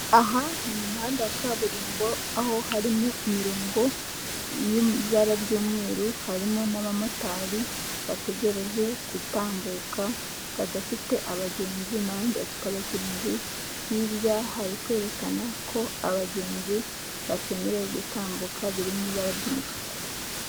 Aha ni mu muhanda wa kaburimbo, aho harimo imirongo y'ibara ry'umweru, harimo n'abamotari bategereje gutambuka badafite abagenzi n'abandi bafite abagenzi, hirya hari kwerekana ko abagenzi batemerewe gutambuka biri mu ibara ry'umutuku.